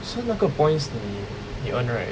so 那个 points 你 earn right